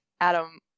Adam